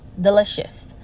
Delicious